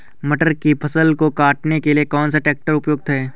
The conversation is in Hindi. मटर की फसल को काटने के लिए कौन सा ट्रैक्टर उपयुक्त है?